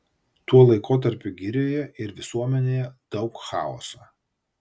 tuo laikotarpiu girioje ir visuomenėje daug chaoso